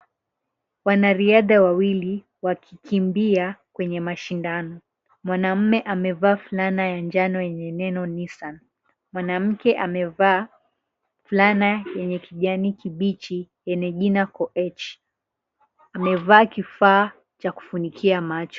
Wanariadha wawili wakikimbia kwenye mashindano. Mwanamme amevaa fulana ya njano yenye neno Nissan. Mwanamke amevaa fulana yenye kijani kibichi yenye jina Koech. Amevaa kifaa cha kufunikia macho.